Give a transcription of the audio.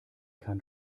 kann